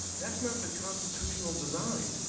that's not the constitutional design.